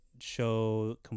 show